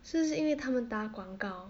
是不是因为他们打广告